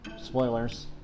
spoilers